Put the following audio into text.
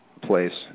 place